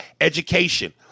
Education